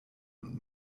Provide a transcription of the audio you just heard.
und